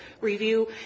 review